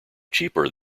cheaper